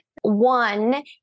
One